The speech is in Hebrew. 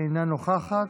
אינה נוכחת,